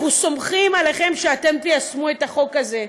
אנחנו סומכים עליכם שאתם תיישמו את החוק הזה.